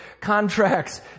contracts